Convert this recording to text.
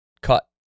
cut